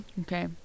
okay